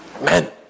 Men